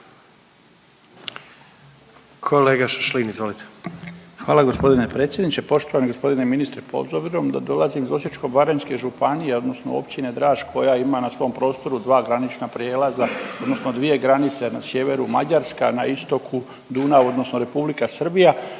**Šašlin, Stipan (HDZ)** Hvala g. predsjedniče. Poštovani g. ministre, pa obzirom da dolazim iz Osječko-baranjske županije odnosno Općine Draž koja ima na svom prostoru dva granična prijelaza odnosno dvije granice na sjeveru Mađarska, na istoku Dunav odnosno Republika Srbija